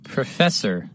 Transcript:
Professor